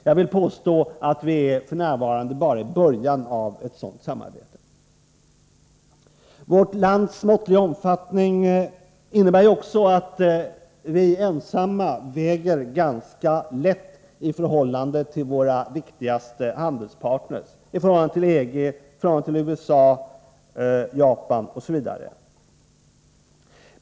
Jag vill påstå att vi f.n. bara är i början av ett sådant samarbete. Vårt lands måttliga omfattning innebär också att vi ensamma väger ganska lätt i förhållande till våra viktigaste handelspartner; i förhållande till EG, USA, Japan osv.